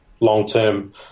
Long-term